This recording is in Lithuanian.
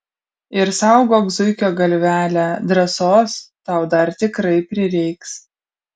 ir saugok zuikio galvelę drąsos tau dar tikrai prireiks